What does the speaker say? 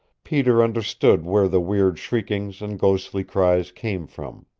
peter understood where the weird shriekings and ghostly cries came from.